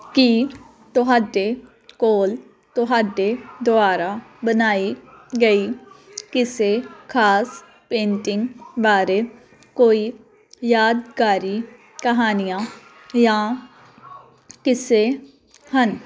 ਕੀ ਤੁਹਾਡੇ ਕੋਲ ਤੁਹਾਡੇ ਦੁਆਰਾ ਬਣਾਈ ਗਈ ਕਿਸੇ ਖਾਸ ਪੇਂਟਿੰਗ ਬਾਰੇ ਕੋਈ ਯਾਦਗਾਰ ਕਹਾਣੀਆਂ ਜਾਂ ਕਿੱਸੇ ਹਨ